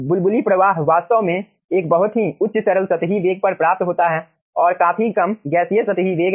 बुलबुली प्रवाह वास्तव में एक बहुत ही उच्च तरल सतही वेग पर प्राप्त होता है और काफी कम गैसीय सतही वेग है